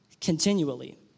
continually